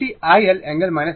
এটা iL angle 90o